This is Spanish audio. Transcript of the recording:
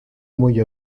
muy